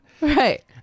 right